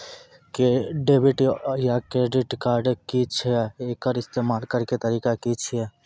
Debit या credit card की छियै? एकर इस्तेमाल करैक तरीका की छियै?